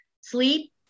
sleep